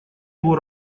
его